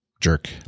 jerk